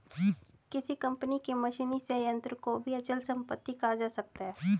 किसी कंपनी के मशीनी संयंत्र को भी अचल संपत्ति कहा जा सकता है